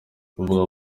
bavuga